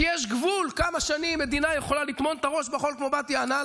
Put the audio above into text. כי יש גבול כמה שנים מדינה יכולה לטמון את הראש בחול כמו בת יענה,